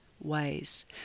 ways